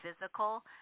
physical